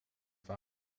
war